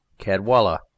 CADWALLA